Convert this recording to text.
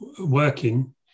working